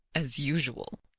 as usual.